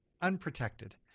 Unprotected